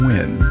Win